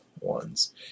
ones